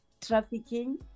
trafficking